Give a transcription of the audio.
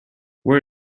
where